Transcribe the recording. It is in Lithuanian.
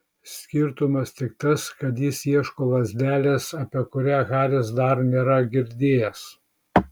skirtumas tik tas kad jis ieško lazdelės apie kurią haris dar nėra girdėjęs